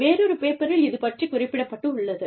வேறொரு பேப்பரில் இது பற்றிக் குறிப்பிடப்பட்டுள்ளது